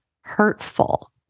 hurtful